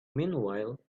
meanwhile